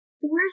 fourth